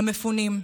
המפונים,